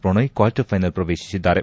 Prannoy quarter final ಪ್ರವೇಶಿಸಿದ್ದಾರೆ